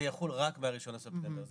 זה יחול רק מה-1 בספטמבר.